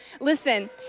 Listen